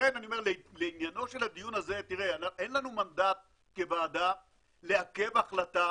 לכן אני אומר לעניינו של הדיון הזה: אין לנו מנדט כוועדה לעכב החלטה